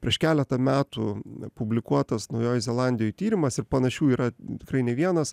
prieš keletą metų publikuotas naujojoj zelandijoj tyrimas ir panašių yra tikrai ne vienas